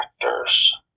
factors